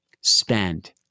spend